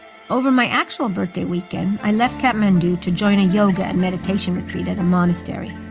over my actual birthday weekend, i left kathmandu to join a yoga and meditation retreat at a monastery.